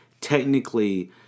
technically